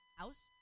house